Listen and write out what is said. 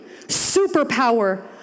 superpower